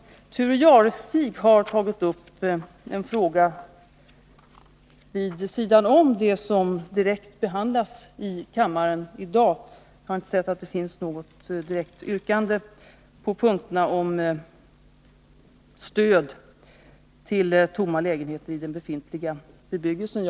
E Tomträttslån och Thure Jadestig har tagit upp en fråga vid sidan om det som direkt underhållslån behandlas i kammmaren i dag. Jag har inte funnit att det föreligger något direkt yrkande på punkterna om stöd till tomma lägenheter i den befintliga bebyggelsen.